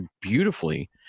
beautifully